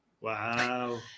Wow